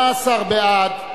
18 בעד,